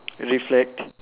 reflect